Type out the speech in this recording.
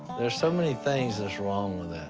there are so many things that's wrong with that.